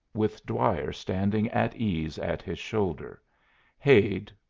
with dwyer standing at ease at his shoulder hade,